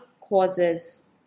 causes